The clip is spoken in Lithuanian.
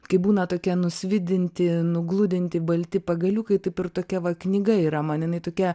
kai būna tokie nusvidinti nugludinti balti pagaliukai taip ir tokia va knyga yra man jinai tokia